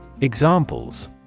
Examples